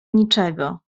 niczego